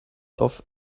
auf